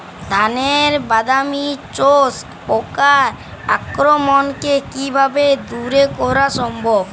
ধানের বাদামি শোষক পোকার আক্রমণকে কিভাবে দূরে করা সম্ভব?